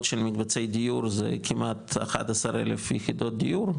של מקבצי דיור זה כמעט 11 אלף יחידות דיור,